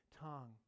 tongue